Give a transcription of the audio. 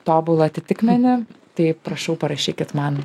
tobulą atitikmenį tai prašau parašykit man